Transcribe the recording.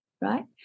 right